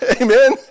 Amen